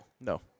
No